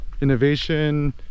innovation